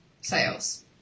sales